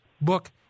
book